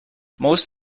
most